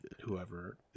Whoever